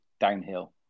downhill